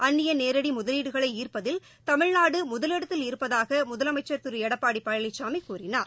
அன்னிய நேரடி முதலீடுகளை ஈப்பதில் தமிழ்நாடு முதலிடத்தில் இருப்பதாக முதலமைச்சர் திரு எடப்பாடி பழனிசாமி கூறினார்